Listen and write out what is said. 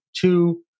two